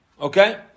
Okay